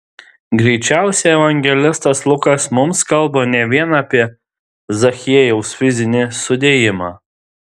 greičiausiai evangelistas lukas mums kalba ne vien apie zachiejaus fizinį sudėjimą